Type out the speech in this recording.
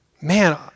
man